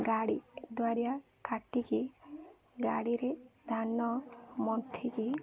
ଗାଡ଼ି ଦ୍ୱାରା କାଟିକି ଗାଡ଼ିରେ ଧାନ ମନ୍ଥିକି